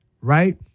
right